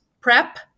prep